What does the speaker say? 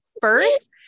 first